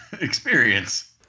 experience